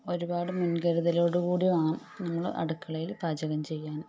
ഒരുപാട് മുൻകരുതലുകളോടു കൂടി വേണം നമ്മൾ അടുക്കളയിൽ പാചകം ചെയ്യാൻ